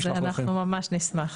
כן, אז אנחנו ממש נשמח,